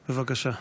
בבקשה.